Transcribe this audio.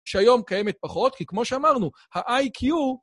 שהיום קיימת פחות, כי כמו שאמרנו, ה-IQ...